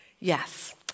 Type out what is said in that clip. Yes